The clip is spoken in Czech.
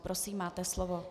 Prosím, máte slovo.